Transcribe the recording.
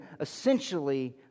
essentially